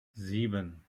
sieben